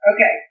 Okay